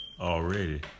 already